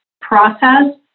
process